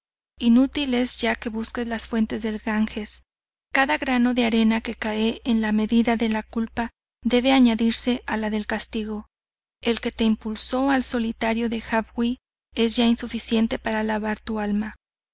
inútil es ya que busques las fuentes del ganges cada grano de arena que cae en la medida de la culpa debe añadirse a la del castigo el que te impulso al solitario de jabwi es ya insuficiente para lavar tu alma